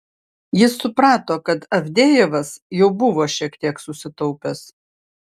jis suprato kad avdejevas jau buvo šiek tiek susitaupęs